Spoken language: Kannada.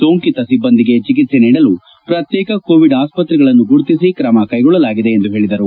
ಸೋಂಕಿತ ಸಿಬ್ಲಂದಿಗೆ ಚಿಕಿತ್ಸೆ ನೀಡಲು ಪ್ರತ್ನೇಕ ಕೋವಿಡ್ ಆಸ್ಪತ್ರೆಗಳನ್ನು ಗುರುತಿಸಿ ಕ್ರಮ ಕೈಗೊಳ್ಳಲಾಗಿದೆ ಎಂದು ಹೇಳಿದರು